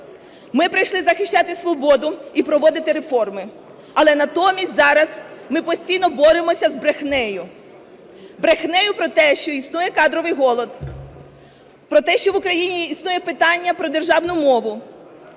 Ми прийшли захищати свободу і проводити реформи. Але натомість зараз ми постійно боремося з брехнею, брехнею про те, що існує кадровий голод, про те, що в Україні існує питання про державну мову,